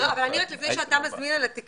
אבל אני אשמח שתגיד מילה על התקצוב.